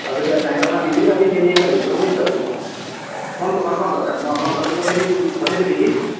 ଯଦି ଆଉ ଚାହିଁବେ ଆପଣ ନିଜେ ବି ଆସିକି ନେଇ ଯାଇ ପାରିବେ ସବୁକିଛି ଅଛି କୁହନ୍ତୁ କ'ଣ କ'ଣ ଦରକାର ମୁଁ ଆପଣଙ୍କ ଘରକୁ ପଠେଇଦେବି ପଠେଇ ଦେବିକି